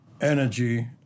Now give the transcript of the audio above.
energy